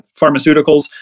pharmaceuticals